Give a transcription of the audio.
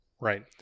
Right